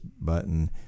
button